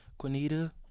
Quinita